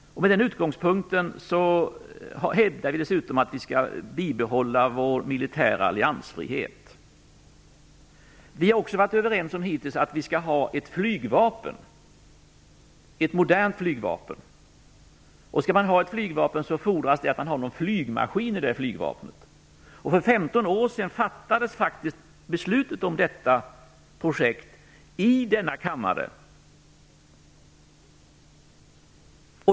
Med den utgångspunkten hävdar vi dessutom att vi skall bibehålla vår militära alliansfrihet. Vi har också hittills varit överens om att vi skall ha ett modernt flygvapen. Skall man ha ett flygvapen fordras det att man har några flygmaskiner i det flygvapnet. För 15 år sedan fattades beslutet om detta projekt i denna kammare.